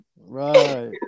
Right